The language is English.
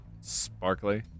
Sparkly